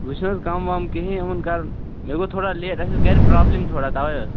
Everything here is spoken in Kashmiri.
وۅنۍ چھِنہٕ حظ کَم وَم کِہیٖنٛۍ یِمَن کَرُن مےٚ گوٚو تھوڑا لیٹ اسہِ ٲس گَرِ پرٛابلِم تھوڑا تَوَے حظ